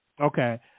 Okay